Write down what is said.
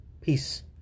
Peace